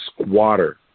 squatter